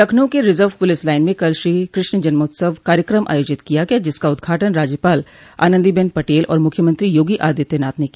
लखनऊ के reserve police line में कल श्री कृष्ण जन्मोत्सव कार्यक्रम आयोजित किया गया जिसका उद्घाटन राज्यपाल आनन्दी बेन पटेल और मुख्यमंत्री योगी आदित्यनाथ ने किया